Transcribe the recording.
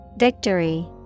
victory